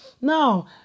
Now